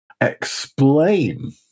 explain